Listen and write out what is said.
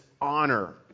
honor